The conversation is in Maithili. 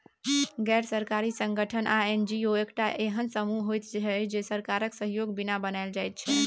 गैर सरकारी संगठन वा एन.जी.ओ एकटा एहेन समूह होइत छै जे सरकारक सहयोगक बिना बनायल जाइत छै